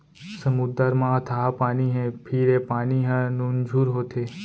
समुद्दर म अथाह पानी हे फेर ए पानी ह नुनझुर होथे